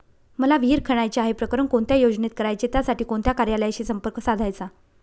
मला विहिर खणायची आहे, प्रकरण कोणत्या योजनेत करायचे त्यासाठी कोणत्या कार्यालयाशी संपर्क साधायचा?